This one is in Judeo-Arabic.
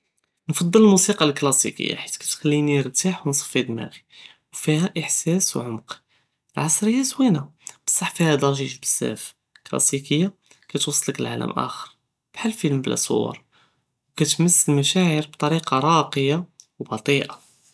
נקטר אלמוסיקה אלקלאסיקיה חית קטכליני נרתאח ונצפי דמאע'י ופיהא א-ח'סאס ו עומק, אלעשריה זוינה בסח פיהא דאג'יג' בזאף, אלקלאסיקיה קטוסלק לעלם אחר כחאל פילם בלא סוור, קטמס אלמשאעיר ביטריקה ראקיה ובט'יא.